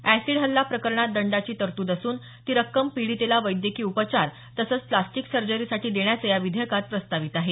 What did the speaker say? acid हल्ला प्रकरणात दंडाची तरतूद असून ती रक्कम पीडितेला वैद्यकीय उपचार तसंच प्रास्टिक सर्जरीसाठी देण्याचं या विधेयकात प्रस्तावित आहे